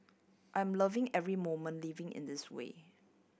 I'm loving every moment living in this way